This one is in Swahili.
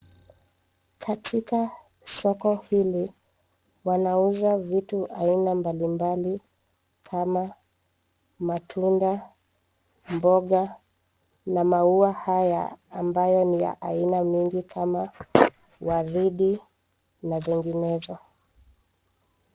Katika soko hili wanauza vitu aina mbalimbali kama matunda, mboga na maua haya ambayo ni ya aina mingi kama waridi na zinginezo.